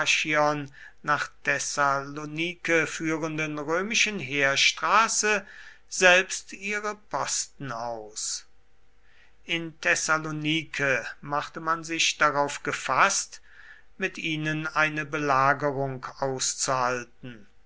nach thessalonike führenden römischen heerstraße selbst ihre posten aus in thessalonike machte man sich darauf gefaßt von ihnen eine belagerung auszuhalten